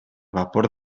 vapor